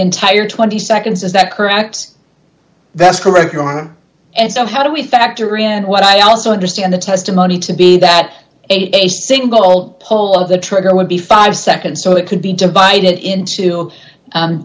entire twenty seconds is that correct that's correct your honor and so how do we factory and what i also understand the testimony to be that a single pull of the trigger would be five seconds so it could be divided into